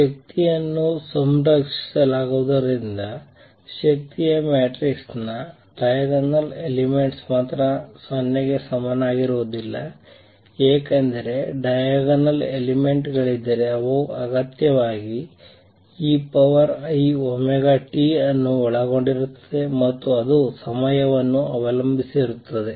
ಶಕ್ತಿಯನ್ನು ಸಂರಕ್ಷಿಸಲಾಗಿರುವುದರಿಂದ ಶಕ್ತಿಯ ಮ್ಯಾಟ್ರಿಕ್ಸ್ನ ಡೈಯಗನಲ್ ಎಲಿಮೆಂಟ್ಸ್ ಮಾತ್ರ 0 ಕ್ಕೆ ಸಮನಾಗಿರುವುದಿಲ್ಲ ಏಕೆಂದರೆ ಡೈಯಗನಲ್ ಎಲಿಮೆಂಟ್ ಗಳಿದ್ದರೆ ಅವು ಅಗತ್ಯವಾಗಿ eiωt ಅನ್ನು ಒಳಗೊಂಡಿರುತ್ತವೆ ಮತ್ತು ಅದು ಸಮಯವನ್ನು ಅವಲಂಬಿಸಿರುತ್ತದೆ